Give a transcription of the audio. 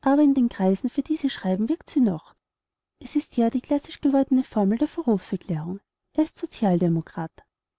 aber in den kreisen für die sie schreiben wirkt sie noch es ist ja die klassisch gewordene formel der verrufserklärung er ist sozialdemokrat